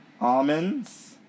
almonds